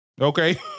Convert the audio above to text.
Okay